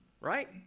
right